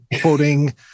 quoting